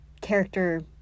character